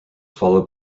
followed